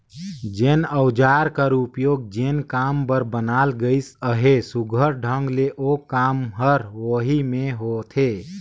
जेन अउजार कर उपियोग जेन काम बर बनाल गइस अहे, सुग्घर ढंग ले ओ काम हर ओही मे होथे